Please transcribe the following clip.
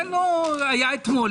היה אתמול,